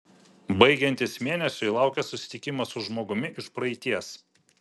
baigiantis mėnesiui laukia susitikimas su žmogumi iš praeities